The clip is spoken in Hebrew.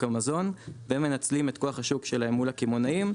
המזון והם מנצלים את כוח השוק שלהם מול הקמעונאים.